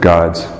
God's